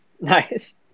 Nice